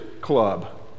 Club